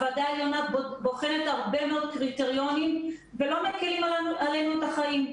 הוועדה העליונה בוחנת הרבה מאוד קריטריונים ולא מקלים עלינו את החיים.